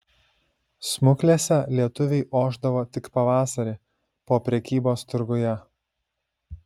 smuklėse lietuviai ošdavo tik pavasarį po prekybos turguje